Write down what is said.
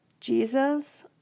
Jesus